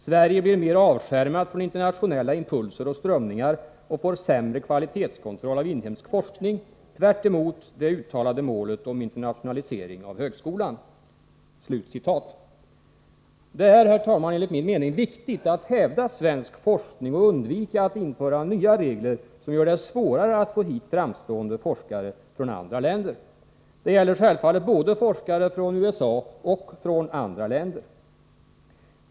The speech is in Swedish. Sverige blir mer avskärmat från internationella impulser och strömningar och får sämre kvalitetskontroll av inhemsk forskning, tvärt emot det uttalade målet om ökad internationalisering av högskolan.” Det är, herr talman, enligt min mening viktigt att vi hävdar svensk forskning och undviker att införa nya regler som gör det svårare att få hit framstående forskare från andra länder. Det gäller självfallet forskare från både USA och andra länder.